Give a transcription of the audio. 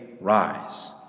Rise